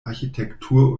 architektur